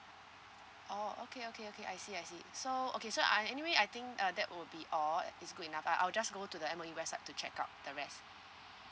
oh okay okay okay I see I see so okay so I anyway I think uh that will be all it's good enough lah I'll just go to the M_O_E website to check out the rest